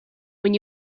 when